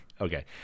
okay